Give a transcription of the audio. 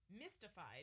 mystified